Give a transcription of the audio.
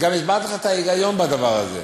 וגם הסברתי לך את ההיגיון בדבר הזה.